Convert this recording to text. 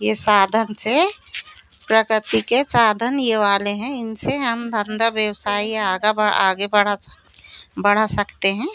ये साधन से प्रकर्ती के साधन ये वाले हैं इनसे हम धंधा व्यवसाय या आगा आगे बढ़ा बढ़ा सकते हैं